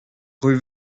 rue